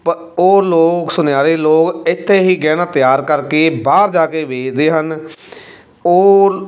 ਪ ਉਹ ਲੋਕ ਸੁਨਿਆਰੇ ਲੋਕ ਇੱਥੇ ਹੀ ਗਹਿਣਾ ਤਿਆਰ ਕਰਕੇ ਬਾਹਰ ਜਾ ਕੇ ਵੇਚਦੇ ਹਨ ਉਹ